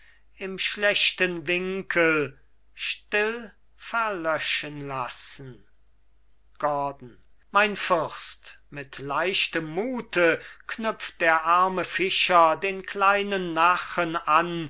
im schlechten winkel still verlöschen lassen gordon mein fürst mit leichtem mute knüpft der arme fischer den kleinen nachen an